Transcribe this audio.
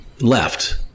left